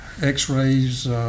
x-rays